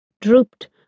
drooped